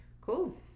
Cool